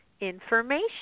information